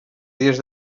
dies